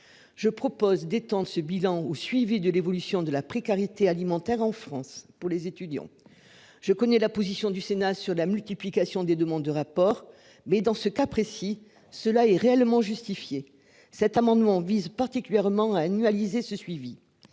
Je propose d'étendre ce bilan au suivi de l'évolution de la précarité alimentaire en France pour les étudiants. Je connais la position du Sénat sur la multiplication des demandes de rapport. Mais dans ce cas précis cela est réellement justifiée. Cet amendement vise particulièrement annualisé ce suivi